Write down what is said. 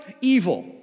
evil